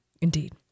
Indeed